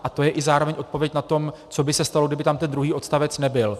A to je zároveň i odpověď na to, co by se stalo, kdyby tam ten druhý odstavec nebyl.